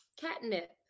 catnip